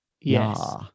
yes